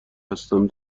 هستم